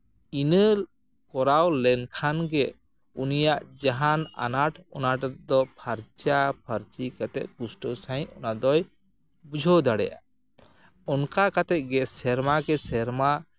ᱤᱱᱟᱹ ᱠᱚᱨᱟᱣ ᱞᱮᱱᱠᱷᱟᱱ ᱜᱮ ᱩᱱᱤᱭᱟᱜ ᱡᱟᱦᱟᱱ ᱟᱱᱟᱴ ᱟᱱᱟᱴ ᱫᱚ ᱯᱷᱟᱨᱪᱟ ᱯᱷᱟᱨᱪᱤ ᱠᱟᱛᱮᱫ ᱯᱩᱥᱴᱟᱹᱣ ᱥᱟᱺᱦᱤᱡ ᱚᱱᱟᱫᱚᱭ ᱵᱩᱡᱷᱟᱹᱣ ᱫᱟᱲᱮᱭᱟᱜᱼᱟ ᱚᱱᱠᱟ ᱠᱟᱛᱮᱫ ᱜᱮ ᱥᱮᱨᱢᱟ ᱠᱮ ᱥᱮᱨᱢᱟ